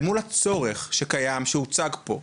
למול הצורך שקיים שהוצג פה,